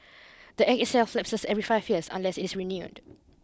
the Act itself lapses every five years unless it's renewed